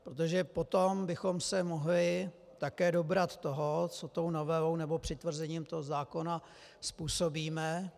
Protože potom bychom se mohli také dobrat toho, co tou novelou nebo přitvrzením toho zákona způsobíme.